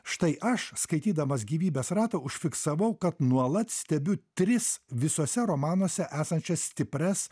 štai aš skaitydamas gyvybės ratą užfiksavau kad nuolat stebiu tris visuose romanuose esančias stiprias